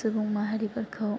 सुबुं माहारिफोरखौ